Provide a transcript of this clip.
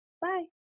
Bye